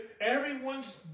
everyone's